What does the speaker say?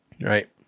Right